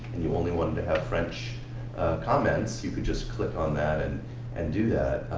and you only wanted to have french comments, you could just click on that and and do that.